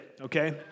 okay